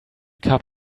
cup